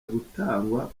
gutangwa